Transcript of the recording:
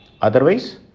Otherwise